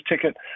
ticket